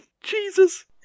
Jesus